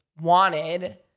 wanted